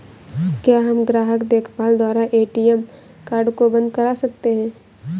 क्या हम ग्राहक देखभाल द्वारा ए.टी.एम कार्ड को बंद करा सकते हैं?